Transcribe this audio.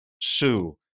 Sue